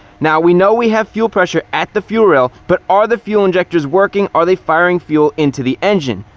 now, we know we have fuel pressure at the fuel rail, but are the fuel injectors working? are they firing fuel into the engine?